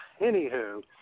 Anywho